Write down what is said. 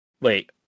Wait